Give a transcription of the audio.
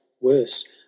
Worse